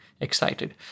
excited